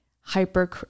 hyper